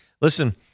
Listen